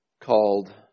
called